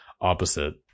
opposite